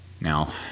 Now